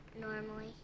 normally